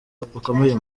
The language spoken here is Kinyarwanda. bakomeye